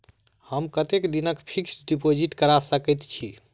हम कतेक दिनक फिक्स्ड डिपोजिट करा सकैत छी?